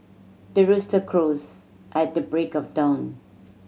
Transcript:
the rooster crows at the break of dawn